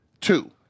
Two